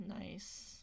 nice